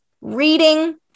reading